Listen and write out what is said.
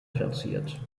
verziert